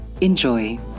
Enjoy